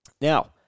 Now